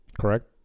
Correct